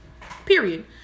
Period